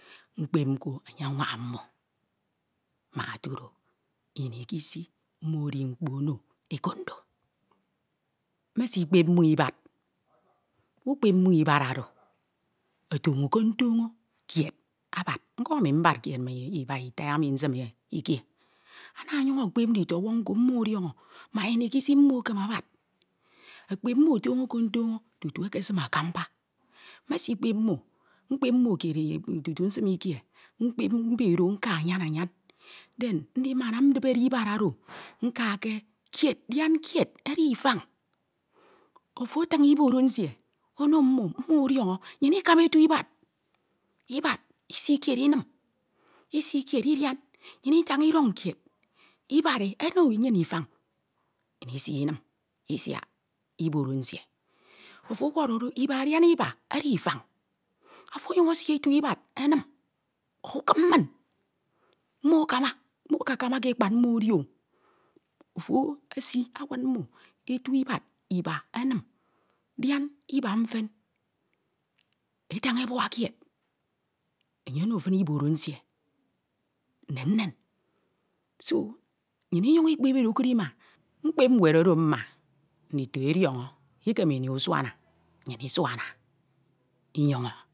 mkpep mko enye anwaña mmo mak otudo ini ke esi mmo edi mkpo ibad ukpep mmo ibad oro otoño ke ntoño kied ma iba ita emi nsim ikie ana anyan ekpep ndiyọwọñ mmo odiọñọmak ini ke isi mmo ekeme abad ekpep mmo tono ke ntoño tutu ekesim akamba nme sikpep mmo kied tutu nsim ikie mbe do nka anyan anya den ndimana ndibe de ibad oro mka ke kied dian kied edi ifañ ofo atin iboro nsie ono mmo mmo ọdiọñọ nnyin ikama etu ibad ibad isi kied imm isi kied kied idain nnhin itañ nnyin isi inim isiak iboro nsie ofo ọwọrọ do iba dian iba edi ifan ofo onyuñ esi otu ibad o ukip mmin mmo ekekama ke ekpad mmo edio ofo esi awud mmo etu ibad emin dian iba mfen etañ ebuak kied enye oro fin iboro nsie me nmen so nnyin inguñ ikpep ero kro ima mkpep nwed oro mma ndito ediọñọ ikem inj usuana nnyin isuana inyoño